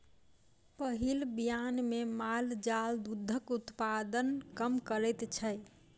पहिल बियान मे माल जाल दूधक उत्पादन कम करैत छै